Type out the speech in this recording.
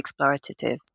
explorative